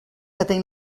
ateny